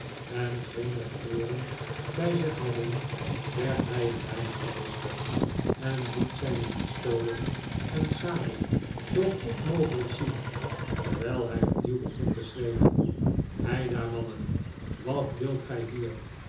en geene geweren bij zich hadden werd hij een weinig geruster en liet zijne pistolen en sabel zoo goed mogelijk zien terwijl hij opnieuw begon te schreeuwen heidaar mannen wat wilt gij hier